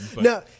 no